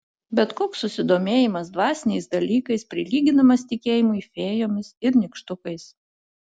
bet koks susidomėjimas dvasiniais dalykais prilyginamas tikėjimui fėjomis ir nykštukais